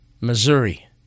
Missouri